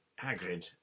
Hagrid